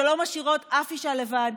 שלא משאירות אף אישה לבד,